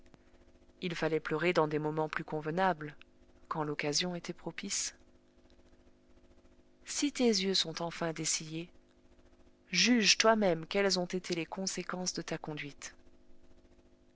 il fallait pleurer dans des moments plus convenables quand l'occasion était propice si tes yeux sont enfin dessillés juge toi-même quelles ont été les conséquences de ta conduite